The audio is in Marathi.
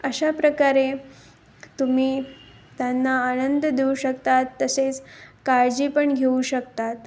अशा प्रकारे तुम्ही त्यांना आनंद देऊ शकतात तसेच काळजी पण घेऊ शकतात